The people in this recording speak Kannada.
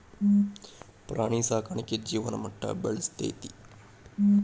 ಪ್ರಾಣಿ ಸಾಕಾಣಿಕೆ ಜೇವನ ಮಟ್ಟಾ ಬೆಳಸ್ತತಿ